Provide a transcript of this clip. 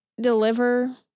deliver